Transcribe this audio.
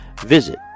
visit